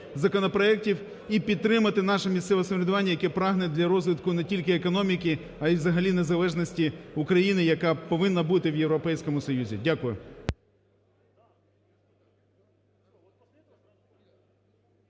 і підтримати наше місцеве самоврядування, яке прагне для розвитку не тільки економіки, а й взагалі незалежності України, яка повинна бути в Європейському Союзі. Дякую.